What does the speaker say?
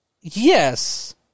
Yes